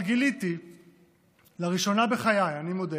אבל גיליתי לראשונה בחיי, אני מודה,